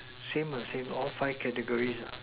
same ah same all five categories ah